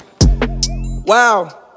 Wow